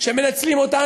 שמנצלים אותנו.